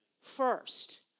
first